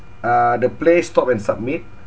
uh the play stop and submit